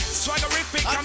swaggerific